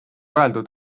öeldud